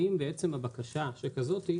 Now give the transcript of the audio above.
האם בעצם הבקשה שכזאת,